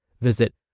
Visit